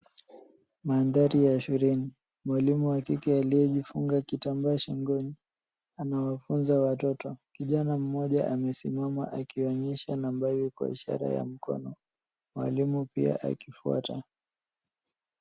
Mandhari ya shuleni. Mwalimu wa kike aliyejifunga kitamba shingoni. Anawafunza watoto. Kijana mmoja amesimama akionyesha nambari kwa ishara ya mikono. Mwalimu pia akifuata.